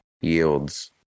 yields